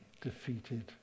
defeated